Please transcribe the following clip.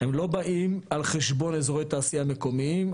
הם לא באים על חשבון אזורי תעשייה מקומיים,